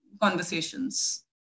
conversations